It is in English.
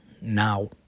now